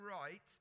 right